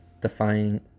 Defying